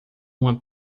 uma